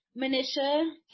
Manisha